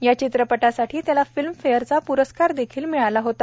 या चित्रपटासाठी त्याला फिल्मफेअरचा प्रस्कारदेखील मिळाला होता